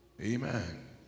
amen